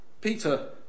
Peter